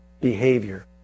behavior